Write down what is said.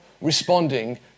responding